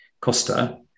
Costa